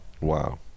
wow